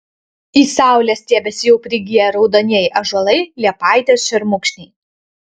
į saulę stiebiasi jau prigiję raudonieji ąžuolai liepaitės šermukšniai